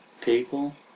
people